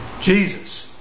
Jesus